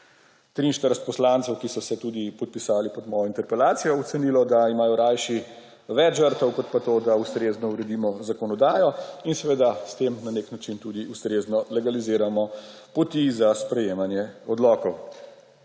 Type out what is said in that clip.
43 poslancev, ki so se tudi podpisali pod mojo interpelacijo, ocenilo, da imajo rajši več žrtev kot pa to, da ustrezno uredimo zakonodajo in s tem na nek način tudi ustrezno legaliziramo poti za sprejemanje odlokov.